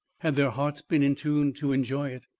had their hearts been in tune to enjoy it.